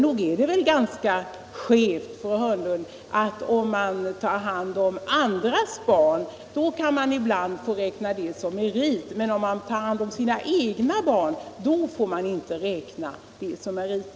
Nog är det väl ganska skevt, fru Hörnlund, att om man tar hand om andras barn kan man ibland få räkna det som en merit, men detta får man inte göra om man tar hand om sitt eget barn.